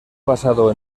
basado